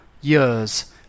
years